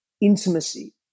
intimacy